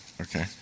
okay